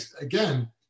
again